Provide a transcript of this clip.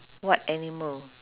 what animal